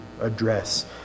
address